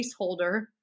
placeholder